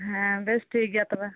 ᱦᱮᱸ ᱵᱮᱥ ᱴᱷᱤᱠ ᱜᱮᱭᱟ ᱛᱚᱵᱮ